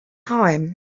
time